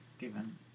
given